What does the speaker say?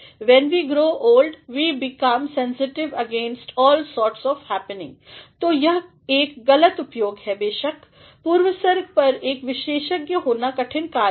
When we grow old we become sensitive against all sorts of happening तो यह एक गलत उपयोग है बेशक पूर्वसर्ग पर एकविशेषज्ञहोना कठिन कार्य है